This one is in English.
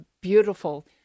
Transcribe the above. beautiful